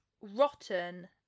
rotten